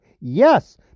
yes